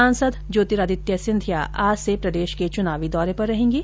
सांसद ज्योतिरादित्य सिंधिया आज से प्रदेश के चुनावी दौरे पर रहेंगे